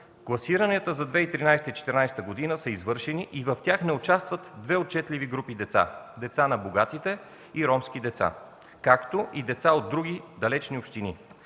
Класиранията за 2013 и 2014 г. са извършени и в тях не участват две отчетливи групи деца – деца на богатите и ромски деца, както и деца от други далечни общини.